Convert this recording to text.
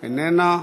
איננה,